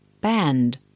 band